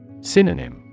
Synonym